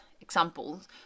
examples